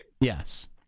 Yes